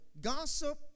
Gossip